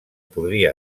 podria